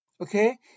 Okay